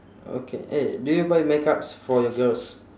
okay eh do you buy makeups for your girls